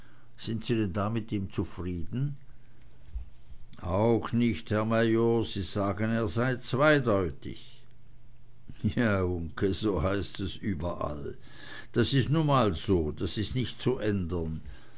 sind sie denn da mit ihm zufrieden auch nicht herr major sie sagen er sei zweideutig ja uncke so heißt es überall das is nu mal so das is nicht zu ändern